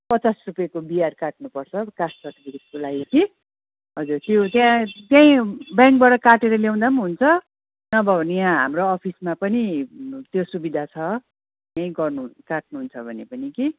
पचास रुपियाँको बिआर काट्नुपर्छ कास्ट सर्टिफिकेटको लागि चाहिँ हजुर त्यो त्यहाँ त्यहीँ ब्याङ्कबाट काटेर ल्याउँदा पनि हुन्छ नभए भने यहाँ हाम्रो अफिसमा पनि त्यो सुविधा छ यही गर्नु काट्नुहुन्छ भने पनि कि